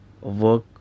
work